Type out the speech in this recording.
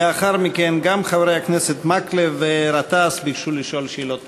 לאחר מכן גם חברי הכנסת מקלב וגטאס מבקשים לשאול שאלות נוספות.